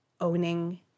owning